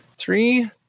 three